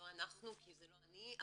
לא אנחנו כי זה לא אני,